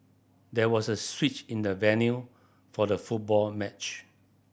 there was a switch in the venue for the football match